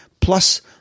plus